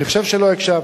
ואני חושב שלא הקשבת.